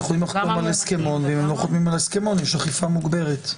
הם יכולים לחתום על הסכמון ויש אכיפה מוגברת.